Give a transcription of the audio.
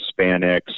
Hispanics